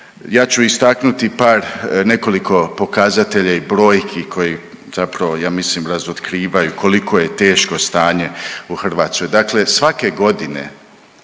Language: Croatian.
Ja ću istaknuti par nekoliko pokazatelja i brojki koji zapravo ja mislim razotkrivaju koliko je teško stanje u Hrvatskoj. Dakle svake godine,